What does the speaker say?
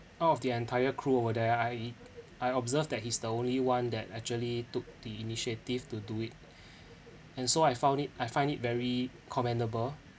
out of the entire crew over there I I observed that he's the only one that actually took the initiative to do it and so I found it I find it very commendable